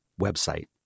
website